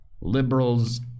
Liberals